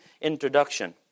introduction